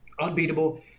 unbeatable